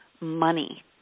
money